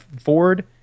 Ford